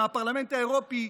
מהפרלמנט האירופי,